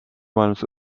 maailmas